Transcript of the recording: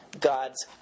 God's